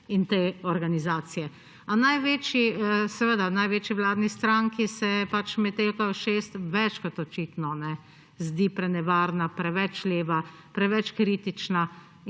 in te organizacije. A največji vladni stranki se Metelkova 6 več kot očitno zdi prenevarna, preveč leva, preveč kritična